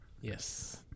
Yes